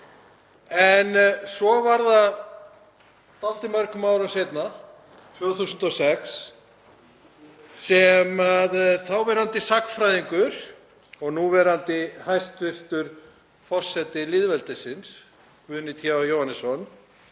En svo var það dálítið mörgum árum seinna, 2006, sem þáverandi sagnfræðingur og núverandi hæstv. forseti lýðveldisins, Guðni Th. Jóhannesson,